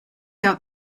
out